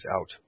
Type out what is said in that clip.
out